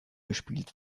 gespielt